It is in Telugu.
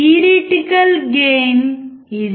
థియర్టికల్ గెయిన్R2R11R2R111